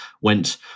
went